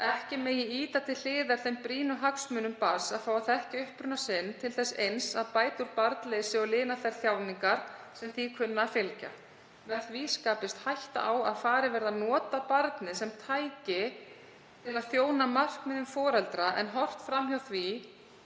ekki megi ýta til hliðar þeim brýnu hagsmunum barns að þekkja uppruna sinn til þess eins að bæta úr barnleysi og lina þær þjáningar sem því kunna að fylgja. Með því skapist hætta á að farið verði, með leyfi forseta: „… að nota barnið sem tæki til að þjóna markmiðum foreldra en horft fram hjá því